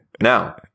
Now